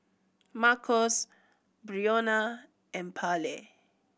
Marcos Brionna and Pallie